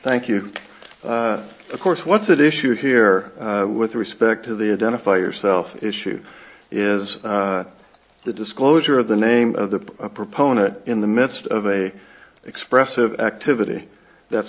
thank you of course what's at issue here with respect to the identify yourself issue is the disclosure of the name of the proponent in the midst of a expressive activity that's